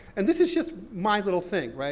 and this is just my little thing, right?